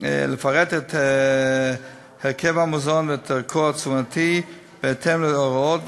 לפרט את הרכב המזון ואת ערכו התזונתי בהתאם להוראות,